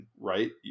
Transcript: Right